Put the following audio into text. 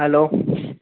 hello